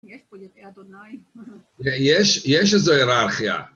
‫יש פה את אדוני. -יש איזו היררכיה.